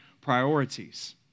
priorities